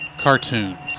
Cartoons